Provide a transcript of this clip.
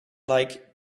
like